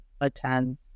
attend